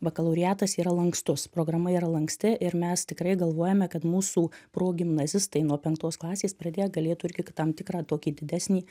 bakalaureatas yra lankstus programa yra lanksti ir mes tikrai galvojame kad mūsų progimnazistai nuo penktos klasės pradėję galėtų irgi tam tikrą tokį didesnį